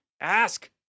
ask